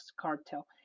cartel